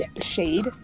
shade